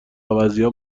عوضیها